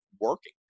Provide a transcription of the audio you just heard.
working